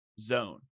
zone